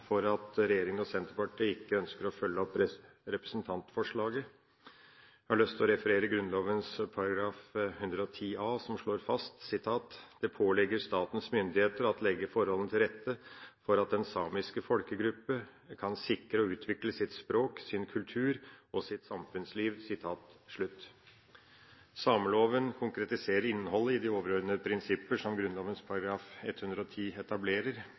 for å ivareta samisk næring og kultur. Det er sjølsagt flere grunner til at regjeringa og Senterpartiet ikke ønsker å følge opp representantforslaget. Jeg har lyst til å referere Grunnloven § 110a som slår fast: «Det paaligger Statens Myndigheder at lægge Forholdene til Rette for at den samiske Folkegruppe kan sikre og udvikle sit Sprog, sin Kultur og sit Samfundsliv.» Sameloven konkretiserer innholdet i de overordnede prinsipper som Grunnloven § 110 etablerer,